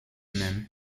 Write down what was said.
même